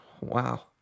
Wow